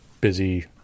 busy